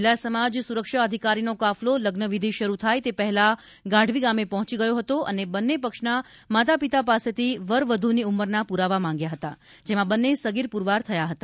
જિલ્લા સમાજ સુરક્ષા અધિકારીનો કાફલો લગ્નવિધિ શરૂ થાય તે પહેલા ગાઢવી ગામે પહોંચી ગયો હતો અને બંને પક્ષના માતાપિતા પાસેથી વરવધુની ઉંમરના પુરાવા માંગ્યા હતા જેમાં બંને સગીર પુરવાર થયા હતા